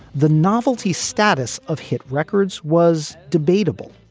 the novelty status of hit records was debatable,